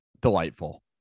delightful